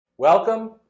Welcome